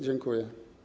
Dziękuję.